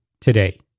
today